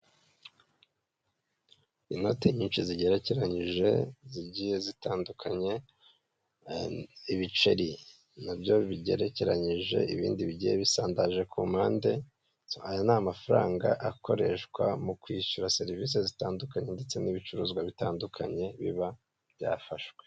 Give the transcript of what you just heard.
Inoti nyinshi zigerekeranyije zigiye zitandukanye, ibiceri na byo bigerekeranyije, ibindi bigiye bisandaje ku mpande, aya ni amafaranga akoreshwa mu kwishyura serivisi zitandukanye ndetse n'ibicuruzwa bitandukanye biba byafashwe.